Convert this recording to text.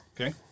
Okay